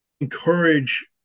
encourage